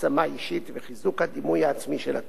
אישית וחיזוק הדימוי העצמי של התלמיד.